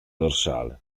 dorsale